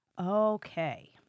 Okay